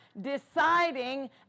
deciding